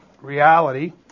reality